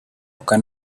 can